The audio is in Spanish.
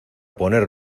poner